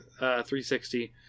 360